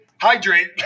hydrate